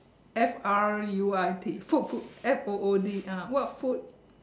F R U I T food food F O O D ah what food